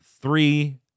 three